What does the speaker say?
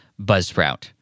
buzzsprout